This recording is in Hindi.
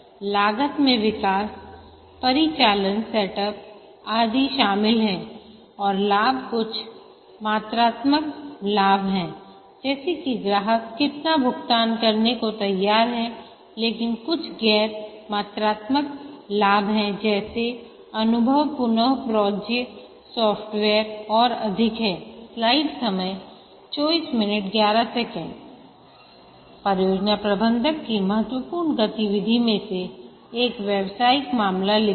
लागत में विकास परिचालन सेटअप आदि शामिल हैं और लाभ कुछ मात्रात्मक लाभ हैं जैसे कि ग्राहक कितना भुगतान करने को तैयार हैलेकिन कुछ गैर मात्रात्मक लाभ हैं जैसे अनुभव पुन प्रयोज्य सॉफ्टवेयर और अधिकहै परियोजना प्रबंधक की महत्वपूर्ण गतिविधि में से एक व्यावसायिक मामला लिखना है